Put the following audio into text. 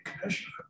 commissioner